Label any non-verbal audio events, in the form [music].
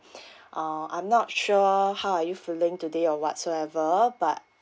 [breath] uh I'm not sure how are you feeling today or whatsoever but